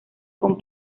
con